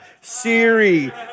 Siri